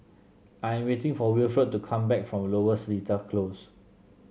I'm waiting for Wilfred to come back from Lower Seletar Close